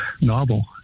novel